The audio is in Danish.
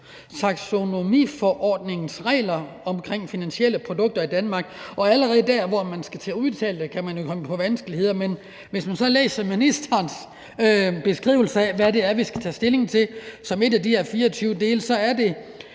taksonomiforordningens regler omkring finansielle produkter i Danmark, og allerede der, hvor man skal til at udtale det, kan man jo komme i vanskeligheder. Men hvis man så læser ministerens beskrivelse af, hvad det er, vi skal tage stilling til som en af de her 24 dele, så er det